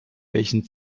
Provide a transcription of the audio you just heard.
welchen